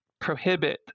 prohibit